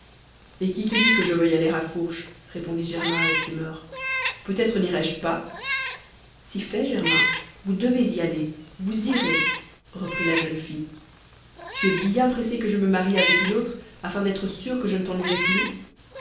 et qui te dit que je veuille aller à fourche répondit germain avec humeur peut-être nirai je pas si fait germain vous devez y aller vous irez reprit la jeune fille tu es bien pressée que je me marie avec une autre afin d'être sûre que je ne t'ennuierai plus